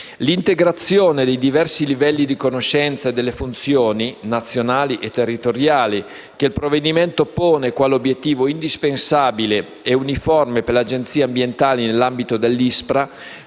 L'integrazione dei diversi livelli di conoscenza e delle funzioni nazionali e territoriali, che il provvedimento pone quale obiettivo indispensabile e uniforme per le Agenzia ambientali nell'ambito dell'ISPRA,